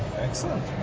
Excellent